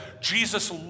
Jesus